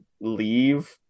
leave